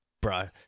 bro